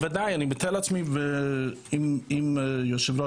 אני מתאר לעצמי שאם חס ושלום